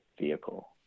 vehicle